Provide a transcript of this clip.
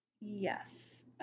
Yes